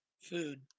food